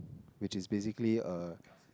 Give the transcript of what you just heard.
which is basically uh